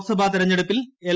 ലോക്സഭാ തെരഞ്ഞെടുപ്പിൽ എൽ